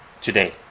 today